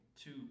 two